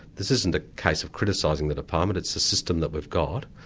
this isn't a case of criticising the department, it's the system that we've got.